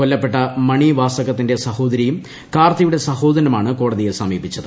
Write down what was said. കൊല്ലപ്പെട്ട മണി വാസകത്തിന്റെ സഹോദരിയും കാർത്തിയുടെ സഹോദരനുമാണ് കോടതിയെ സമീപിച്ചത്